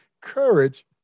courage